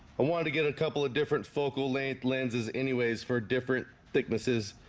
i wanted to get a couple of different focal length lenses anyways for different thicknesses.